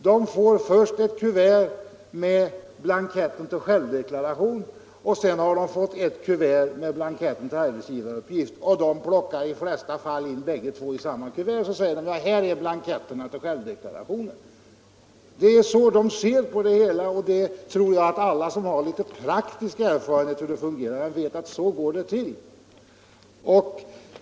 De har först fått ett kuvert som innehåller blanketten för självdeklarationen och sedan har de fått ett kuvert med blanketten för arbetsgivaruppgiften, och i de flesta fall plockar de in bägge blanketterna i samma kuvert och säger: ”Här är blanketterna för självdeklarationen!” Jag tror att alla som har haft någon praktisk erfarenhet av detta arbete vet att det ofta går till så.